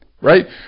right